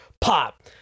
pop